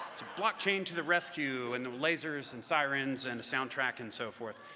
blockchain to the rescue, and the lasers and sirens and the soundtrack and so forth.